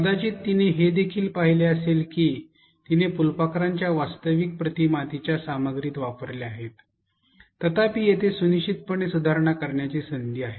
कदाचित तिने हे देखील पाहिले असेल की तिने फुलपाखरांच्या वास्तविक प्रतिमा तिच्या सामग्रीत वापरल्या आहेत तथापि येथे निश्चितपणे सुधारणा करायची संधी आहे